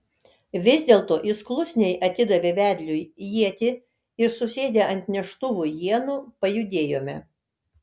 vis dėlto jis klusniai atidavė vedliui ietį ir susėdę ant neštuvų ienų pajudėjome